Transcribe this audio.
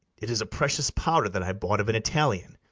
it is a precious powder that i bought of an italian,